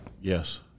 Yes